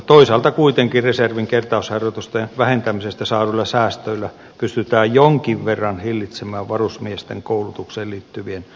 toisaalta kuitenkin reservin kertausharjoitusten vähentämisestä saaduilla säästöillä pystytään jonkin verran hillitsemään varusmiesten koulutukseen liittyvien harjoitusten määrän supistamista